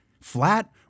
Flat